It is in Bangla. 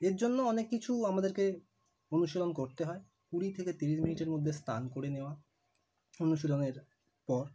এর জন্য অনেক কিছু আমাদেরকে অনুশীলন করতে হয় কুড়ি থেকে তিরিশ মিনিটের মধ্যে স্নান করে নেওয়া অনুশীলনের পর